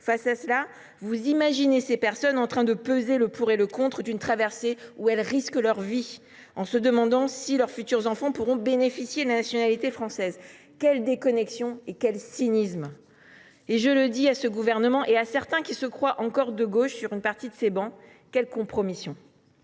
préférez plutôt imaginer ces personnes en train de peser le pour et le contre d’une traversée où elles risquent leur vie en se demandant si leurs futurs enfants pourront bénéficier de la nationalité française… Quelle déconnexion et quel cynisme ! Je le dis à ce gouvernement et à certains qui se croient encore de gauche sur une partie des travées de notre